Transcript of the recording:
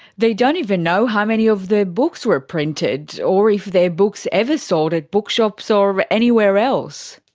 they don't even know how many of their books were printed, or if their books ever sold at bookshops or anywhere else.